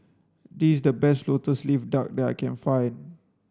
this is the best lotus leaf duck that I can find